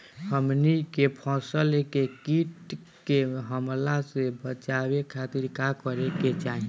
हमनी के फसल के कीट के हमला से बचावे खातिर का करे के चाहीं?